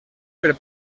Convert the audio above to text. per